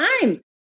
times